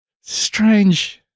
strange